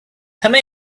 come